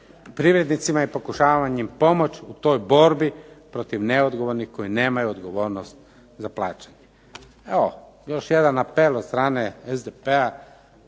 privrednicima i pokušavati im pomoći u toj borbi protiv neodgovornih koji nemaju odgovornost za plaćanje. Evo, još jedan apel od strane SDP-a.